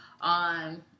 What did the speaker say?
on